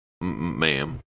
Ma'am